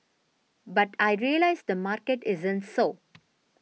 but I realised the market isn't so